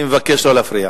אני מבקש לא להפריע.